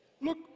Look